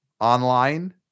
online